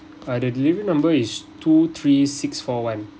uh the delivery number is two three six four one